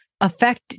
affect